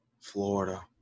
Florida